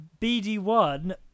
bd1